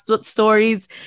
stories